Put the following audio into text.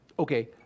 Okay